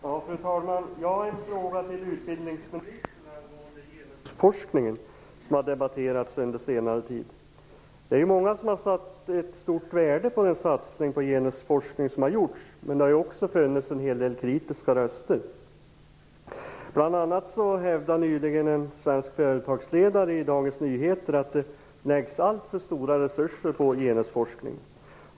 Fru talman! Jag har en fråga till utbildningsministern om genusforskning, som har debatterats under senare tid. Det är många som satt ett stort värde på den satsning på genusforskningen som gjorts, men det har också funnits en hel del kritiska röster. Bl.a. hävdade nyligen en svensk företagsledare i Dagens Nyheter att det läggs alltför stora resurser på genusforskning.